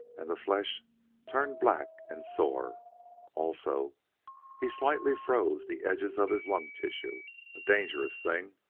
and the flesh turned black and sore also he slightly froze the edges of his lung-tissues a dangerous thing,